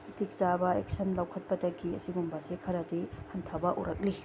ꯃꯇꯤꯛ ꯆꯥꯕ ꯑꯦꯛꯁꯟ ꯂꯧꯈꯠꯄꯗꯒꯤ ꯑꯁꯤꯒꯨꯝꯕꯁꯦ ꯈꯔꯗꯤ ꯍꯟꯊꯕ ꯎꯔꯛꯂꯤ